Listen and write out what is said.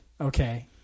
Okay